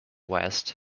west